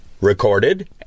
recorded